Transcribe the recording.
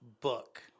book